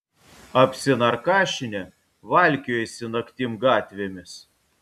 apsinarkašinę valkiojasi naktim gatvėmis